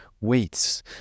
weights